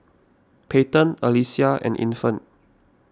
Peyton Alesia and Infant